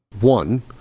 one